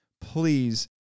Please